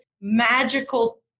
magical